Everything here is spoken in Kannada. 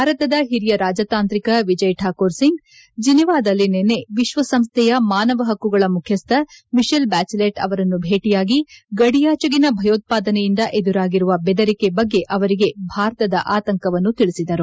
ಭಾರತದ ಓರಿಯ ರಾಜತಾಂತ್ರಿಕ ವಿಜಯ್ ಠಾಕೂರ್ ಸಿಂಗ್ ಜಿನೀವಾದಲ್ಲಿ ನಿನ್ನೆ ವಿಶ್ವಸಂಸ್ಥೆಯ ಮಾನವ ಪಕ್ಕುಗಳ ಮುಖ್ಯಸ್ಥ ಮಿಶೆಲ್ ಬ್ಡಾಚೆಲೆಟ್ ಅವರನ್ನು ಭೇಟಿಯಾಗಿ ಗಡಿಯಾಚೆಗಿನ ಭಯೋತ್ಪಾದನೆಯಿಂದ ಎದುರಾಗಿರುವ ಬೆದರಿಕೆ ಬಗ್ಗೆ ಅವರಿಗೆ ಭಾರತದ ಆತಂಕವನ್ನು ತಿಳಿಸಿದರು